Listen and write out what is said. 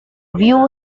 view